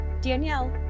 Danielle